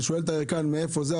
ואני שואל את הירקן מאיפה זה,